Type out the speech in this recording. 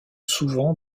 souvent